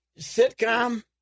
sitcom